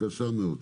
קשה מאוד.